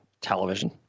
television